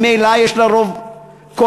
ממילא יש לה רוב קואליציוני,